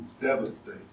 devastate